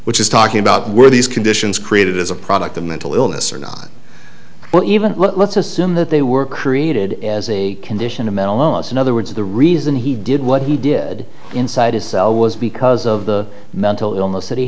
which is talking about were these conditions created as a product of mental illness or not but even let's assume that they were created as a condition of mental illness in other words the reason he did what he did inside his cell was because of the mental illness that he